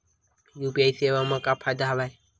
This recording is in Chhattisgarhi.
यू.पी.आई सेवा मा का फ़ायदा हवे?